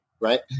Right